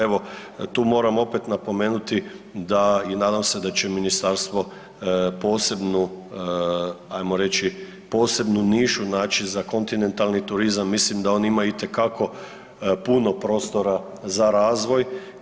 Evo tu moram opet napomenuti da i nadam se da će ministarstvo posebnu, ajmo reći, posebnu nišu naći za kontinentalni turizam, mislim da oni imaju itekako puno prostora za razvoj.